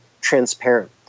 transparent